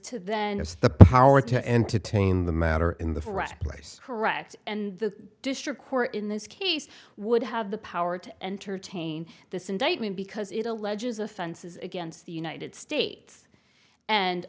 to then has the power to entertain the matter in the right place correct and the district court in this case would have the power to entertain this indictment because it alleges offenses against the united states and